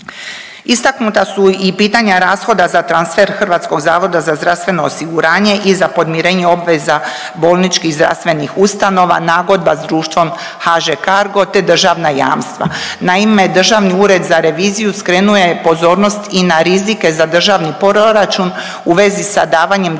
Istaknuta su i pitanja rashoda za transfer Hrvatskog zavoda za zdravstveno osiguranje i za podmirenje obveza bolničkih zdravstvenih ustanova nagodba sa društvom HŽ Cargo, te državna jamstva. Naime, Državni ured za reviziju skrenuo je pozornost i na rizike za državni proračun u vezi sa davanjem državnih